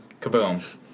Kaboom